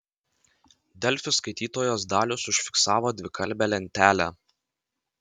delfi skaitytojas dalius užfiksavo dvikalbę lentelę